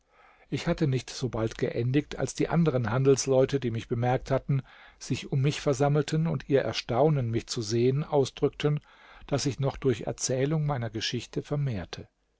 ich hatte nicht sobald geendigt als die anderen handelsleute die mich bemerkt hatten sich um mich versammelten und ihr erstaunen mich zu sehen ausdrückten das ich noch durch erzählung meiner geschichte vermehrte